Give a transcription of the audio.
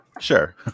Sure